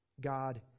God